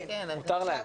מותר להם.